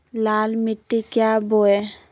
लाल मिट्टी क्या बोए?